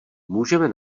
můžeme